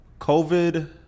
COVID